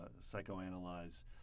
psychoanalyze